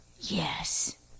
Yes